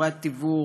וכישורי התיווך,